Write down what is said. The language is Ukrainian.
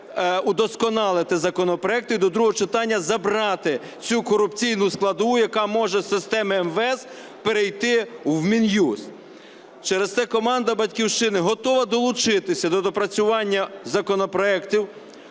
щоб удосконалити законопроект і до другого читання забрати цю корупційну складову, яка може з системи МВС перейти в Мін'юст. Через це команда "Батьківщини" готова долучитися до доопрацювання законопроектів